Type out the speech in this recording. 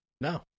No